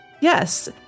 Yes